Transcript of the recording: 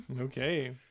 Okay